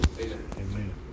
Amen